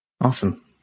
Awesome